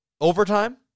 overtime